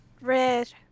red